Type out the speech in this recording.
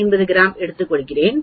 5 gram எடுத்துள்ளேன்